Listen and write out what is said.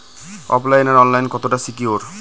ওফ line আর online কতটা secure?